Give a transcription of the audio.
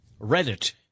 Reddit